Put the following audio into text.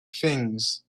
things